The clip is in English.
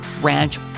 ranch